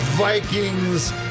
Vikings